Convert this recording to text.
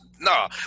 nah